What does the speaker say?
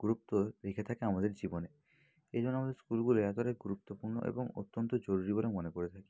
গুরুত্ব রেখে থাকে আমাদের জীবনে এই জন্য আমাদের স্কুলগুলি এতোটাই গুরুত্বপূর্ণ এবং অত্যন্ত জরুরি বলে মনে করে থাকি